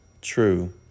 true